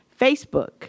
facebook